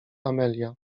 amelia